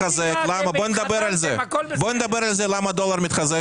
בוא נדבר על זה, למה הדולר מתחזק?